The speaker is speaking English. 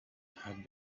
had